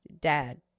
dad